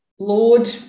Lord